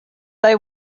they